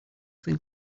think